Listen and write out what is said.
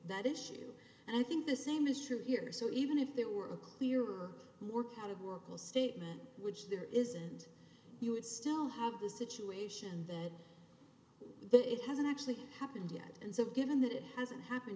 that issue and i think the same is true here so even if there were a clear or categorical statement which there isn't you would still have the situation that it hasn't actually happened yet and so given that it hasn't happened